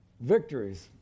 victories